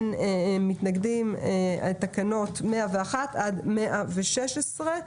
הצבעה אושר אין מתנגדים ואין נמנעים.